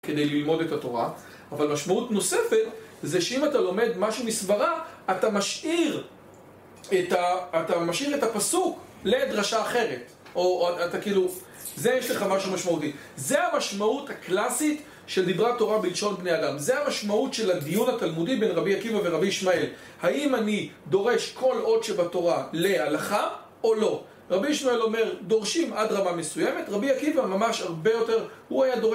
כדי ללמוד את התורה. אבל משמעות נוספת, זה שאם אתה לומד משהו מסברה, אתה משאיר, אתה משאיר את הפסוק לדרשה אחרת. או אתה כאילו, זה יש לך משהו משמעותי. זה המשמעות הקלאסית של דיברת תורה בלשון בני אדם. זה המשמעות של הדיון התלמודי בין רבי עקיבא ורבי ישמעאל. האם אני דורש כל עוד שבתורה להלכה, או לא. רבי ישמעאל אומר, דורשים עד רמה מסוימת. רבי עקיבא ממש הרבה יותר, הוא היה דורש.